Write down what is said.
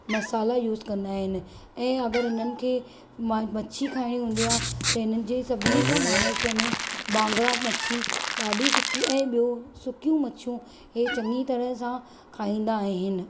मसाला use कंदा आहिनि ऐं अगरि हिननि खे मछी खाइणी हूंदी आहे त हिन जे सभिनी खां महाराष्ट्र में बांगरा मछी ॾाढी सुकी ऐं ॿियो सुकियूं मछियूं हीअ चंङियूं तरह सां खाईंदा आहिनि